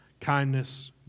kindness